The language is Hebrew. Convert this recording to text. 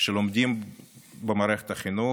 שלומדים במערכת החינוך,